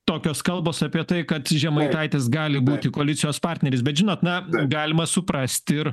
tokios kalbos apie tai kad žemaitaitis gali būti koalicijos partneris bet žinot na galima suprasti ir